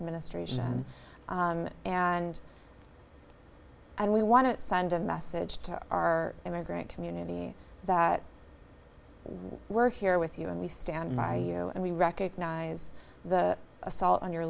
ministration and and we want to send a message to our immigrant community that we're here with you and we stand by you and we recognize the assault on your